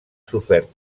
sofert